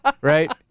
right